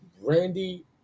Randy